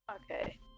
Okay